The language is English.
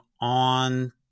on